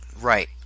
Right